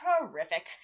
terrific